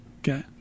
Okay